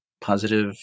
positive